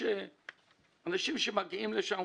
אנשים שמגיעים לשם,